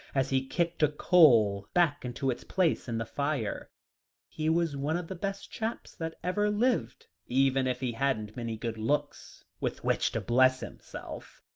as he kicked a coal back into its place in the fire he was one of the best chaps that ever lived even if he hadn't many good looks with which to bless himself.